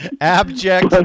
Abject